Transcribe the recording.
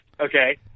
Okay